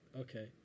Okay